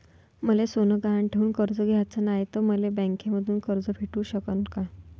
मले सोनं गहान ठेवून कर्ज घ्याचं नाय, त मले बँकेमधून कर्ज भेटू शकन का?